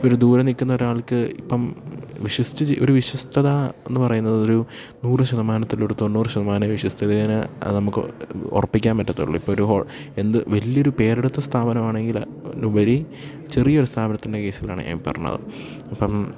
ഇപ്പോളൊരു ദൂരെ നില്ക്കുന്ന ഒരാൾക്ക് ഇപ്പം വിശ്വസിച്ച് ഒരു വിശ്വസ്തത എന്നുപറയുന്നത് ഒരു നൂറു ശതമാനത്തിലൊരു തൊണ്ണൂറ് ശതമാനം വിശ്വസ്തതയെ അത് നമുക്ക് ഉറപ്പിക്കാൻ പറ്റുള്ളൂ ഇപ്പോള് ഒരു എന്ത് വലിയൊരു പേരെടുത്ത സ്ഥാപനമാണെങ്കില് ഉപരി ചെറിയയൊരു സ്ഥാപനത്തിൻ്റെ കേസിലാണ് ഞാൻ പറഞ്ഞത് അപ്പം